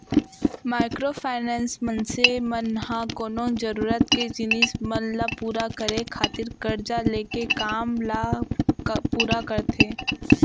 micro finance, मनसे मन ह कोनो जरुरत के जिनिस मन ल पुरा करे खातिर करजा लेके काम ल पुरा करथे